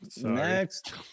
Next